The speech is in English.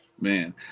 Man